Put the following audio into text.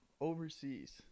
overseas